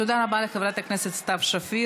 תודה רבה לחברת הכנסת סתיו שפיר.